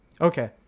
Okay